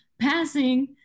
passing